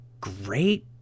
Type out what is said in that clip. great